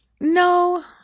No